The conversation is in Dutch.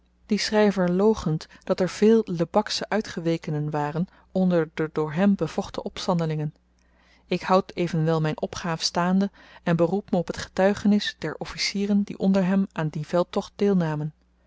die schryver loochent dat er veel lebaksche uitgewekenen waren onder de door hem bevochten opstandelingen ik houd evenwel m'n opgaaf staande en beroep me op t getuigenis der officieren die onder hem aan dien veldtocht deelnamen